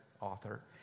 author